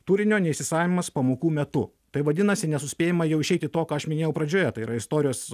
turinio neįsisavinimas pamokų metu tai vadinasi nesuspėjama jau išeiti to ką aš minėjau pradžioje tai yra istorijos